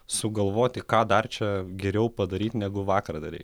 sugalvoti ką dar čia geriau padaryt negu vakar darei